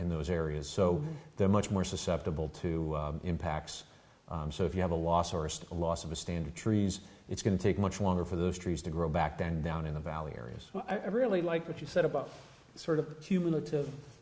in those areas so they're much more susceptible to impacts so if you have a loss or loss of a standard trees it's going to take much longer for those trees to grow back then down in the valley areas i really like what you said about sort of hum